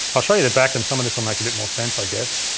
i'll show you the back and some of this'll make a bit more sense, i guess.